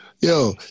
Yo